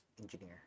engineer